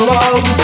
love